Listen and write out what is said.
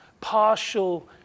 partial